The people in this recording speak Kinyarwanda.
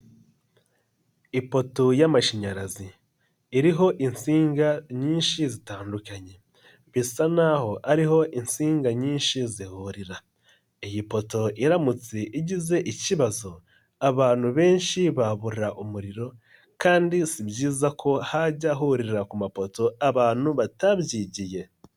Ipoto y'amashanyarazi iriho insinga nyinshi zitandukanye. Bisa n'ho ariho insinga nyinshi zihurira. Iyi poto iramutse igize ikibazo, abantu benshi babura umuriro kandi si byiza ko hajya hurira ku mapoto abantu batabyigiye.